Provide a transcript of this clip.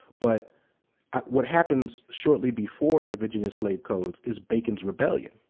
but what happens shortly before the virginia slave codes is bacon's rebellion.